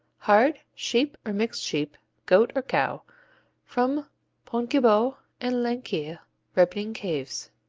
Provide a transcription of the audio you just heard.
hard sheep or mixed sheep, goat or cow from pontgibaud and laqueuille ripening caves.